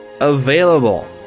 available